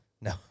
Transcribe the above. No